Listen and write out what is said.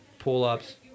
Pull-ups